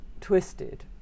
twisted